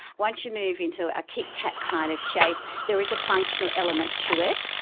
once you move into a kit-kat kind of shape, there is a functional element to it,